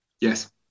Yes